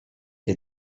wie